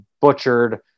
butchered